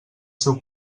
seu